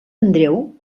andreu